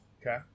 okay